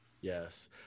Yes